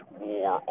war